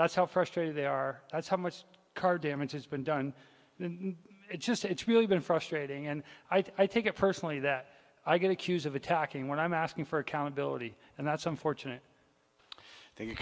that's how frustrated they are that's how much the car damage has been done and it's just it's really been frustrating and i take it personally that i going to cuse of attacking when i'm asking for accountability and that's unfortunate th